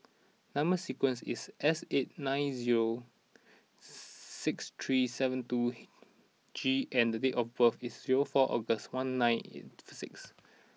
number sequence is S eight nine zero six three seven two G and date of birth is zero four August one nine eight four six